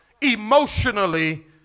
emotionally